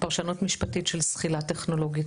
פרשנות משפטית של זחילה טכנולוגית,